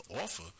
offer